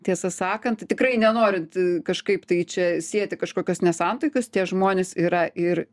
tiesą sakant tikrai ne norint kažkaip tai čia sėti kažkokios nesantaikos tie žmonės yra ir